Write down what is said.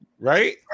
Right